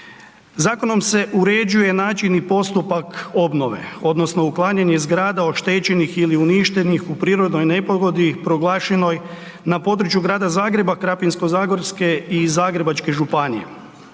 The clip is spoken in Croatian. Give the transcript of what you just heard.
Zakonom se uređuje način i postupak obnove odnosno uklanjanje zgrada oštećenih ili uništenih u prirodnoj nepogodi proglašenoj na području Grada Zagreba, Krapinsko-zagorske i Zagrebačke županije.